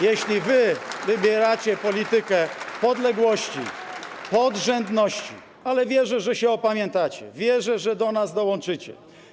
Jeśli wy wybieracie politykę podległości, podrzędności, ale wierzę, że się opamiętacie, wierzę, że do nas dołączycie.